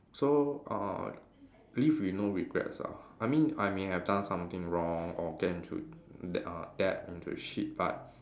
so uh live with no regrets ah I mean I may have done something wrong or get into that uh get into shit but